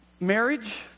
marriage